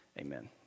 Amen